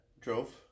drove